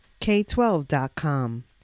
K12.com